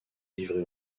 livrés